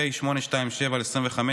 פ/827/25,